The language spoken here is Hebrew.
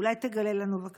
אולי תגלה לנו, בבקשה,